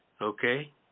okay